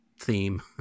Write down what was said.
theme